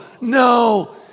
no